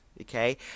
okay